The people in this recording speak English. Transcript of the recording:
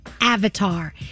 Avatar